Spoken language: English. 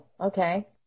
okay